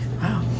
Wow